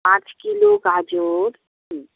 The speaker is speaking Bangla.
পাঁচ কিলো গাজর হুম